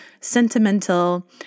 sentimental